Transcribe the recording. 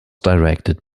directed